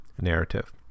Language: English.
narrative